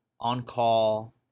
on-call